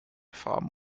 farm